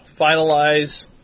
finalize